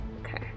Okay